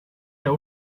der